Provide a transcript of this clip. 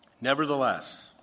Nevertheless